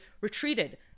retreated